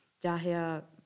Daher